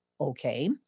okay